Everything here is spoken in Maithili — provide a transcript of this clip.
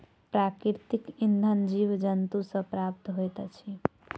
प्राकृतिक इंधन जीव जन्तु सॅ प्राप्त होइत अछि